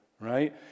right